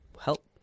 help